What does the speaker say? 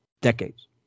decades